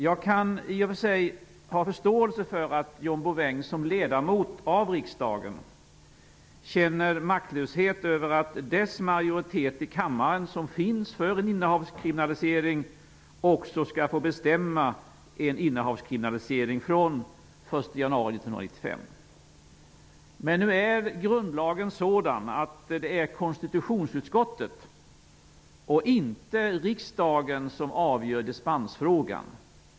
Jag kan i och för sig ha förståelse för att John Bouvin som ledamot av riksdagen känner maktlöshet över att den majoritet som finns i kammaren för en innehavskriminalisering inte skall få bestämma om en sådan från den 1 januari 1995. Men nu är grundlagen sådan att det är konstitutionsutskottet och inte riksdagen som avgör dispensfrågan.